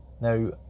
Now